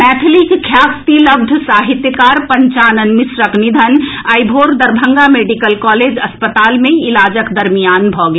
मैथिलीक ख्याति लब्ध साहित्यकार पंचानन मिश्रक निधन आई भोर दरभंगा मेडिकल कॉलेज अस्पताल मे इलाजक दरमियान भऽ गेल